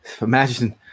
Imagine